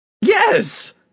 Yes